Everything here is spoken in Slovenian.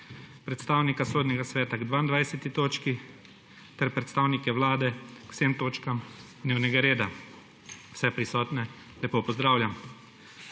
predstavnika Sodnega sveta k 22. točki ter predstavnike Vlade k vsem točkam dnevnega reda. Vse prisotne lepo pozdravljam!